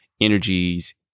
energies